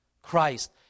Christ